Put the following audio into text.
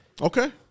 Okay